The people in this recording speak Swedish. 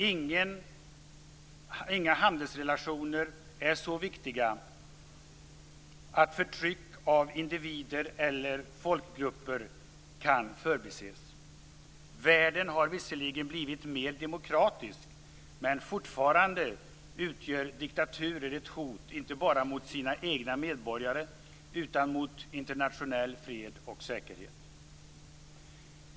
Inga handelsrelationer är så viktiga att förtryck av individer eller folkgrupper kan förbises. Världen har visserligen blivit mer demokratisk, men fortfarande utgör diktaturer ett hot inte bara mot sina egna medborgare, utan mot internationell fred och säkerhet.